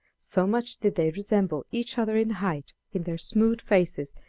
so much did they resemble each other in height, in their smooth faces,